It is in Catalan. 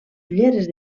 ulleres